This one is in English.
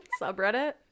Subreddit